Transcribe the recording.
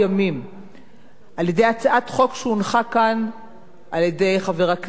על-ידי הצעת חוק שהניח כאן חבר הכנסת ניצן הורוביץ,